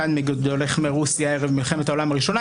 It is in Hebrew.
אחד מגדולי חכמי רוסיה ערב מלחמת העולם הראשונה,